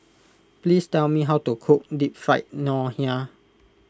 please tell me how to cook Deep Fried Ngoh Hiang